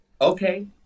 Okay